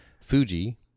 Fuji